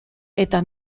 eta